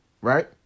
Right